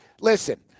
listen